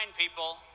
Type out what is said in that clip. people